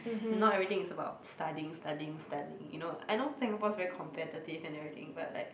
not everything is about studying studying studying you know I know Singapore's very competitive and everything but like